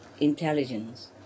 intelligence